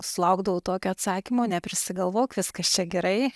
sulaukdavau tokio atsakymo neprisigalvok viskas čia gerai